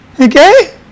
Okay